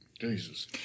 Jesus